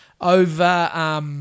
over